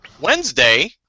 Wednesday